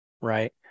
right